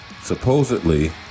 supposedly